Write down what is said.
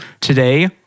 Today